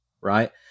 right